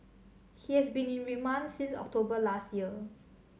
he has been in remand since October last year